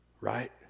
Right